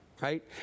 right